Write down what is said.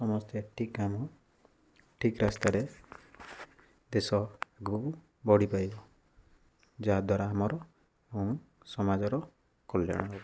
ସମସ୍ତେ ଠିକ୍ କାମ ଠିକ୍ ରାସ୍ତାରେ ଦେଶ ଆଗକୁ ବଢ଼ିପାରିବ ଯାହାଦ୍ୱାରା ଆମର ଏବଂ ସମାଜର କଲ୍ୟାଣ ହଉ